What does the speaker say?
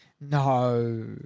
No